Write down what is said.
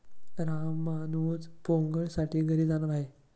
रामानुज पोंगलसाठी घरी जाणार आहे